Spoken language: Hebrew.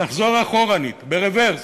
לחזור לאחור, ברוורס,